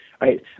right